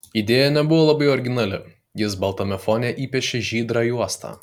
idėja nebuvo labai originali jis baltame fone įpiešė žydrą juostą